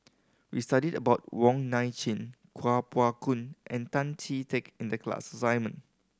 we studied about Wong Nai Chin Kuo Pao Kun and Tan Chee Teck in the class assignment